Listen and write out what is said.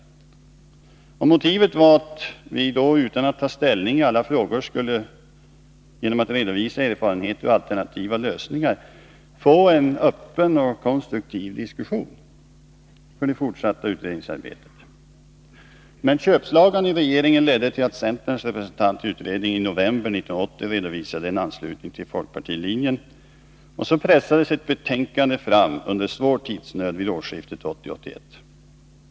Utan att ta ställning i alla frågor skulle vi genom att redovisa erfarenheter och alternativa lösningar få en öppen och konstruktiv diskussion till stånd för det fortsatta utredningsarbetet. Men köpslagan i regeringen ledde till att centerns representant i utredningen i november 1980 redovisade en anslutning till folkpartilinjen. Så pressades ett betänkande fram under svår tidsnöd vid årsskiftet 1980-1981.